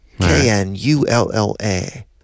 k-n-u-l-l-a